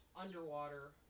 underwater